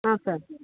ಹಾಂ ಸರ್